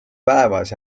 päevas